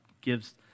gives